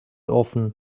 often